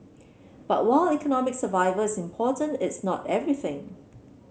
but while economic survival is important it's not everything